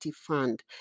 fund